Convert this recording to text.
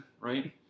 right